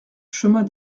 chemin